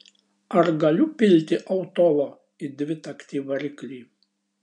ar galiu pilti autolo į dvitaktį variklį